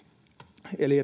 eli